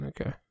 Okay